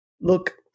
Look